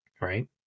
Right